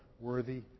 worthy